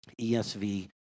ESV